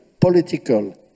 political